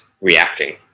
reacting